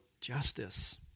justice